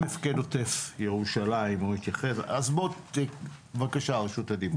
מפקד עוטף ירושלים בבקשה רשות הדיבור.